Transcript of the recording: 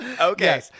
Okay